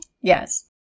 Yes